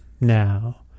now